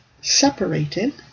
separated